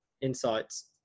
insights